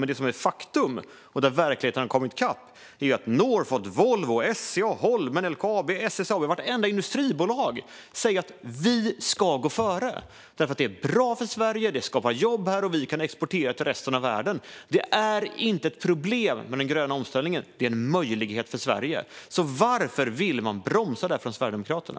Men det är ett faktum där verkligheten har kommit i kapp att Northvolt, Volvo, SCA, Holmen, LKAB och SSAB, vartenda industribolag, säger att vi ska gå före för att det är bra för Sverige, det skapar jobb här och vi kan exportera till resten av världen. Det är inte ett problem med den gröna omställningen, utan det är en möjlighet för Sverige. Varför vill Sverigedemokraterna då bromsa detta?